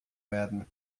werden